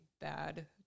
bad